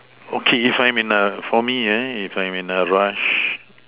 okay if I'm in a for me uh if I'm in a rush